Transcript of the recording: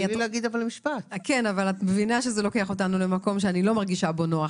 זה לוקח אותנו למקום שאני לא מרגישה בו נוח.